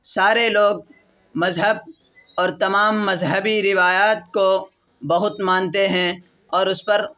سارے لوگ مذہب اور تمام مذہبی روایات کو بہت مانتے ہیں اور اس پر